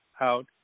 out